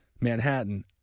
Manhattan